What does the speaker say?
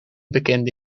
bekende